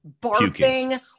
barking